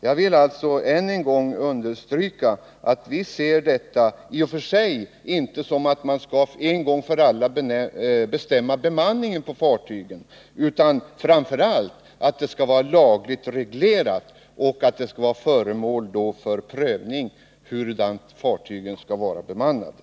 Jag vill än en gång understryka att vi inte i och för sig anser att man en gång för alla skall bestämma bemanningen på fartygen. Vi vill framför allt att det. Nr 35 skall vara lagligt reglerat och föremål för prövning hur fartygen skall vara Torsdagen den